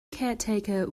caretaker